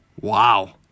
Wow